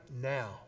now